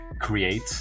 create